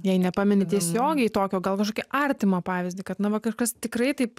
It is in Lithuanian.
jei nepameni tiesiogiai tokio gal kažkokį artimą pavyzdį kad na va kažkas tikrai taip